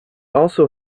also